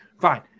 Fine